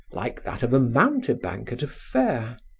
like that of a mountebank at a fair.